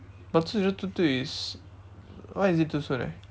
but two zero two two is why is it too soon eh